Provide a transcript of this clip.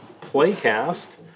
Playcast